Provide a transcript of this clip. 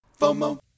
FOMO